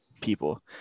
people